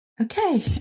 Okay